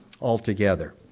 altogether